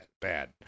bad